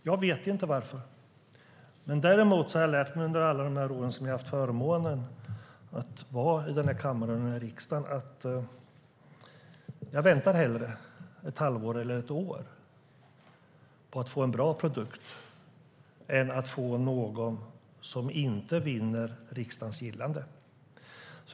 Herr talman! Jag vet inte varför. Däremot har jag under alla dessa år som jag haft förmånen att vara i denna kammare och i riksdagen lärt mig att jag hellre väntar i ett halvår eller ett år på att få en bra produkt än att få något som inte vinner riksdagens gillande.